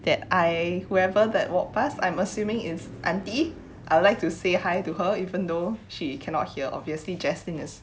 that I whoever that walk passed I'm assuming is aunty I would like to say hi to her even though she cannot hear obviously jaslyn is